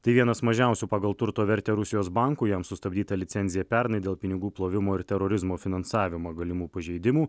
tai vienas mažiausių pagal turto vertę rusijos bankų jam sustabdyta licencija pernai dėl pinigų plovimo ir terorizmo finansavimo galimų pažeidimų